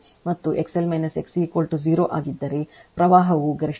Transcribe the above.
ಆದ್ದರಿಂದ resonance ನಲ್ಲಿ ಅದು V R